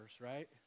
right